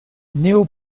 new